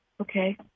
Okay